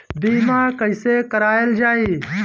बीमा कैसे कराएल जाइ?